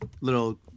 little